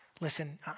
Listen